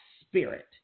spirit